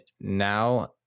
now